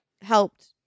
helped